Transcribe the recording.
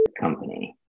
company